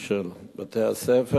של בתי-הספר.